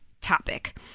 topic